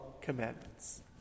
commandments